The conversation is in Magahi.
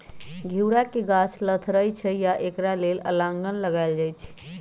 घिउरा के गाछ लथरइ छइ तऽ एकरा लेल अलांन लगायल जाई छै